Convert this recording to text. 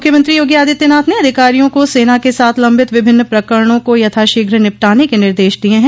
मुख्यमंत्री योगी आदित्यनाथ ने अधिकारियों को सेना के साथ लंबित विभिन्न प्रकरणों को यथाशेघ्र निपटाने के निर्देश दिये हैं